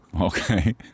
Okay